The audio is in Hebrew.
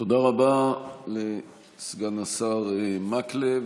תודה רבה לסגן השר מקלב.